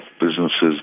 businesses